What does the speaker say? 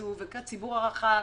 והציבור הרחב